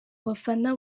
bafana